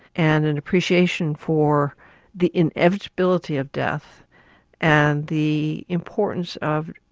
and an appreciation for the inevitability of death and the importance of,